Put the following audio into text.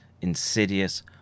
insidious